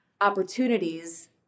opportunities